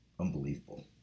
unbelievable